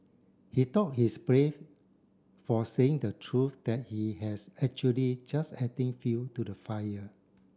he thought he's brave for saying the truth that he has actually just adding fuel to the fire